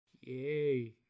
Yay